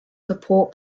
support